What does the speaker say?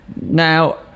Now